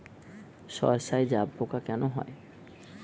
সর্ষায় জাবপোকা কেন হয়?